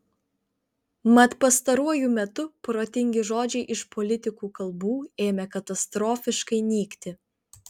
mat pastaruoju metu protingi žodžiai iš politikų kalbų ėmė katastrofiškai nykti